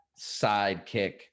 sidekick